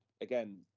again